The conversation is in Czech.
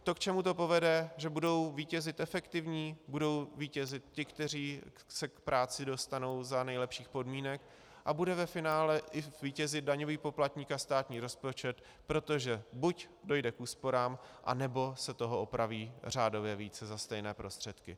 To, k čemu to povede, že budou vítězit efektivní, budou vítězit ti, kteří se k práci dostanou za nejlepších podmínek, a bude ve finále i vítězit daňový poplatník a státní rozpočet, protože buď dojde k úsporám, anebo se toho opraví řádově více za stejné prostředky.